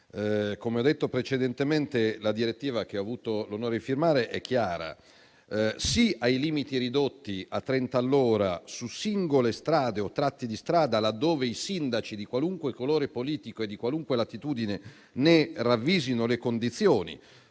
Come ho detto precedentemente, la direttiva che ho avuto l'onore di firmare è chiara: assolutamente sì ai limiti ridotti a 30 chilometri all'ora su singole strade o tratti di strada, laddove i sindaci di qualunque colore politico e di qualunque latitudine ne ravvisino le condizioni